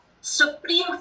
supreme